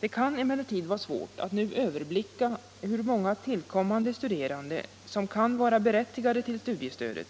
Det kan emellertid vara svårt att nu överblicka hur många tillkommande studerande som kan vara berättigade till studiestöd.